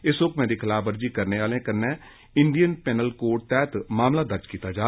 इस हुक्मै दी खलाफवर्जी करने आले कन्नै इंडियन पिनल कोड तैहत मामला दर्ज कीता जाग